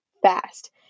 Fast